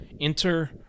enter